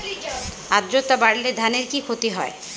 আদ্রর্তা বাড়লে ধানের কি ক্ষতি হয়?